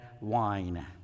wine